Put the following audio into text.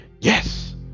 yes